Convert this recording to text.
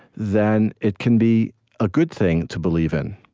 then it can be a good thing to believe in.